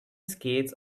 skates